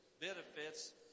benefits